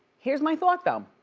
here's my thought, though.